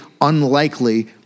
unlikely